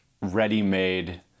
ready-made